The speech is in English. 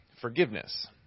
forgiveness